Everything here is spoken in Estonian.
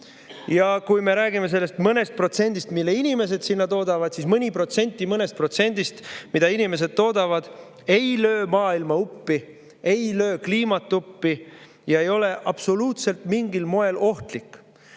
Ja kui me räägime sellest mõnest protsendist, mille inimesed sinna toodavad, siis mõni protsent mõnest protsendist, mida inimesed toodavad, ei löö maailma uppi, ei löö kliimat uppi ega ole üldse mitte mingil moel ohtlik.